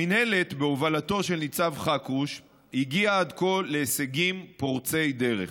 המינהלת בהובלתו של ניצב חכרוש הגיעה עד כה להישגים פורצי דרך.